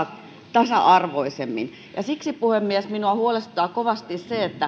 tasa arvoisemmin siksi puhemies minua huolestuttaa kovasti